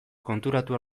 konturatu